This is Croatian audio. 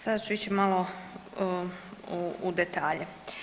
Sada ću ići malo u detalje.